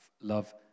love